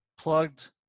plugged